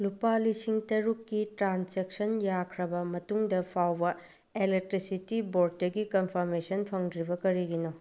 ꯂꯨꯄꯥ ꯂꯤꯁꯤꯡ ꯇꯔꯨꯛꯀꯤ ꯇ꯭ꯔꯥꯟꯖꯦꯛꯁꯟ ꯌꯥꯈ꯭ꯔꯕ ꯃꯇꯨꯡꯗ ꯐꯥꯎꯕ ꯑꯦꯂꯦꯛꯇ꯭ꯔꯤꯁꯤꯇꯤ ꯕꯣꯔꯠꯇꯒꯤ ꯀꯟꯐꯥꯔꯃꯦꯁꯟ ꯐꯪꯗ꯭ꯔꯤꯕ ꯀꯔꯤꯒꯤꯅꯣ